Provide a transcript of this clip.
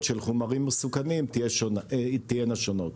פה של חומרים מסוכנים תהיינה שונות.